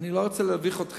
אני לא רוצה להביך אתכם,